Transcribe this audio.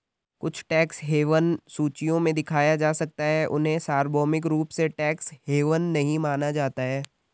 कुछ tax haven सूचियों में दिखाया जा सकता है, उन्हें सार्वभौमिक रूप से टैक्स हेवन नहीं माना जाता है